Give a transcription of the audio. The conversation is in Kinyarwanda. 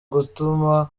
gutuma